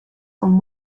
con